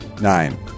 Nine